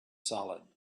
solid